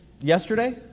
yesterday